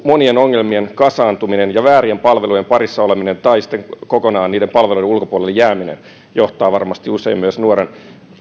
monien ongelmien kasaantuminen ja väärien palvelujen parissa oleminen tai sitten kokonaan niiden palveluiden ulkopuolelle jääminen johtaa varmasti usein nuoren